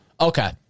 Okay